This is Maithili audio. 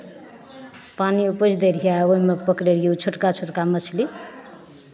पानिमे पैसि जाइत रहियै आ ओहिमे पकड़ैत रहियै ओ छोटका छोटका मछली